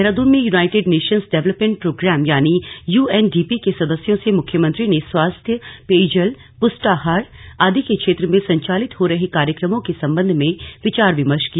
देहरादून में United Nations Development Programme यानि UNDP के सदस्यों से मुख्यमंत्री ने स्वास्थ्य पेयजल पुष्टाहार आदि के क्षेत्र में संचालित हो रहे कार्यक्रमों के संबंध में विचार विमर्श किया